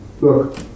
Look